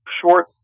short